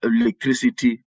electricity